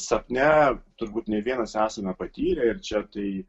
sapne turbūt ne vienas esame patyrę ir čia tai